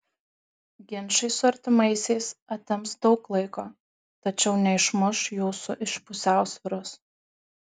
ginčai su artimaisiais atims daug laiko tačiau neišmuš jūsų iš pusiausvyros